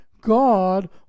God